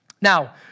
Now